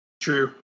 True